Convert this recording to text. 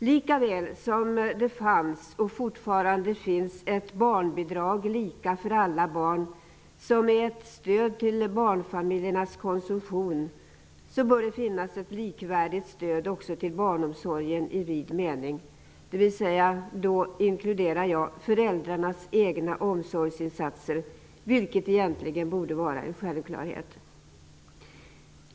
Likaväl som det fanns, och fortfarande finns, ett barnbidrag lika för alla barn, som är ett stöd till barnfamiljernas konsumtion, bör det finnas ett likvärdigt stöd också till barnomsorgen i vid mening. Då inkluderar jag föräldrarnas egna omsorgsinsatser, vilket egentligen borde vara en självklarhet.